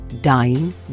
dying